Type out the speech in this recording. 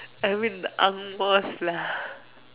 I mean angmohs lah